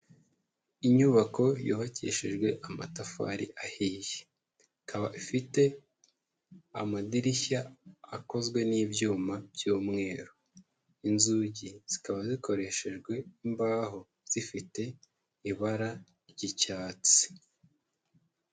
Inyubako yubakishijwe amatafari ahiye, ikaba ifite amadirishya akozwe n'ibyuma by'umweru, inzugi zikaba zikoreshejwe imbaho zifite ibara ry'icyatsi.